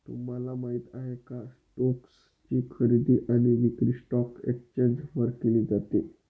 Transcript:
तुम्हाला माहिती आहे का? स्टोक्स ची खरेदी आणि विक्री स्टॉक एक्सचेंज वर केली जाते